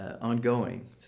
ongoing